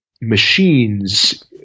machines